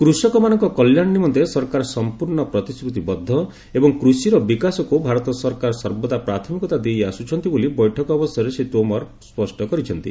କୃଷକମାନଙ୍କ କଳ୍ୟାଣ ନିମନ୍ତେ ସରକାର ସମ୍ପୁର୍ଣ୍ଣ ପ୍ରତିଶ୍ଚିତିବଦ୍ଧ ଏବଂ କୃଷିର ବିକାଶକୁ ଭାରତ ସରକାର ସର୍ବଦା ପ୍ରାଥମିକତା ଦେଇଆସ୍କ୍ରନ୍ତି ବୋଲି ବୈଠକ ଅବସରରେ ଶ୍ରୀ ତୋମାର ସ୍ୱଷ୍ଟ କରିଛନ୍ତି